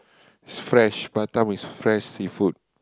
fresh Batam is fresh seafood